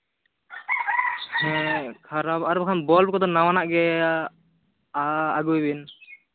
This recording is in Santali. ᱦᱮᱸ ᱠᱷᱟᱨᱟᱯ ᱟᱨ ᱵᱟᱝᱠᱷᱟᱱ ᱵᱟᱞᱵ ᱠᱚᱫᱚ ᱱᱟᱣᱟᱱᱟᱜ ᱜᱮ ᱟᱹᱜᱩᱭᱵᱤᱱ